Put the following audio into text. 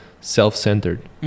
self-centered